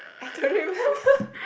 I don't remember